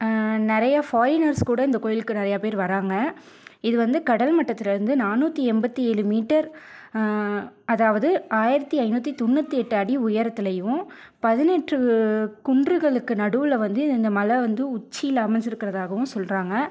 நிறைய ஃபாரினர்ஸ் கூட இந்த கோவிலுக்கு நிறைய பேர் வராங்க இது வந்து கடல் மட்டத்தில் இருந்து நானூற்றி எண்பத்தி ஏழு மீட்டர் அதாவது ஆயிரத்தி ஐநூற்றி தொண்ணூற்றி எட்டு அடி உயரத்திலியும் பதினெட்டு குன்றுகளுக்கு நடுவில் வந்து இந்த மலை வந்து உச்சியில் அமைஞ்சிருக்குறதாகவும் சொல்கிறாங்க